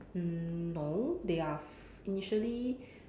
mm no they are f~ initially